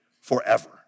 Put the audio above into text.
forever